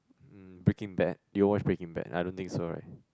um Breaking Bad did you watch Breaking Bad I don't think so right